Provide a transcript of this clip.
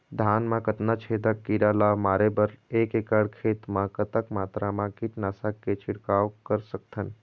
धान मा कतना छेदक कीरा ला मारे बर एक एकड़ खेत मा कतक मात्रा मा कीट नासक के छिड़काव कर सकथन?